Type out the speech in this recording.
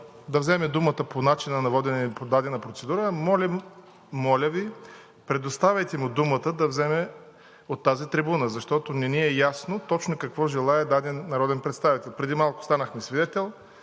да вземе думата по начина на водене по дадена процедура, моля Ви, предоставяйте му думата от тази трибуна, защото не ни е ясно точно какво желае даден народен представител. Преди малко станах свидетел